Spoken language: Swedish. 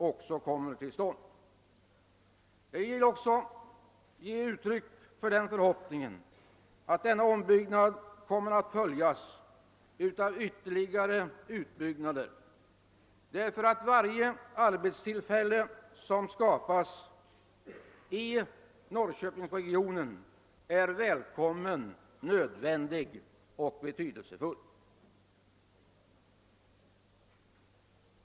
Jag hoppas också att denna ombyggnad kommer att följas av ytterligare utbyggnader, ty varje nytt arbetstillfälle i Norrköpingsregionen är välkommet och betydelsefullt.